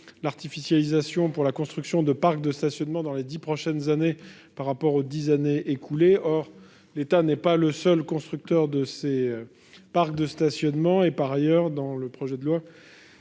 l'artificialisation pour la construction de parcs de stationnement dans les dix prochaines années, par rapport aux dix années écoulées. Or l'État n'est pas le seul constructeur de ces parcs de stationnement. Par ailleurs, l'installation